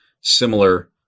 similar